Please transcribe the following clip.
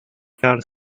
karl